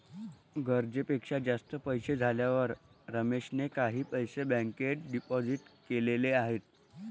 गरजेपेक्षा जास्त पैसे झाल्यावर रमेशने काही पैसे बँकेत डिपोजित केलेले आहेत